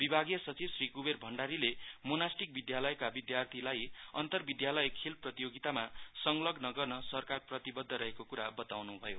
विभागीय सचिव श्री कबेर भण्डारीले मोनास्टिक विधालयका विधार्थीलाई अन्तर विधालय खेल प्रतियोगितामा संलग्न गर्न सरकार प्रतिबद्ध रहेको बताउन् भयो